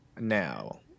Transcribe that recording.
now